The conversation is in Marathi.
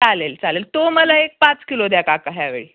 चालेल चालेल तो मला एक पाच किलो द्या काका ह्यावेळी